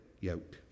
yoke